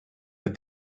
but